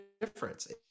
difference